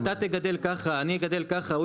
להגיד למישהו אתה תגדל ככה אני אגדל ככה הוא